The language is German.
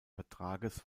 vertrages